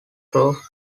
through